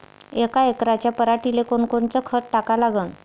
यका एकराच्या पराटीले कोनकोनचं खत टाका लागन?